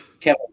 Kevin